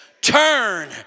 Turn